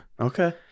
okay